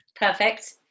Perfect